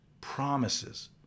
promises